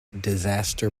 disaster